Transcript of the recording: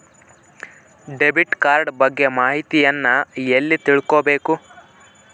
Debit card ಬಗ್ಗೆ ಮಾಹಿತಿಯನ್ನ ಎಲ್ಲಿ ತಿಳ್ಕೊಬೇಕು?